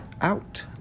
out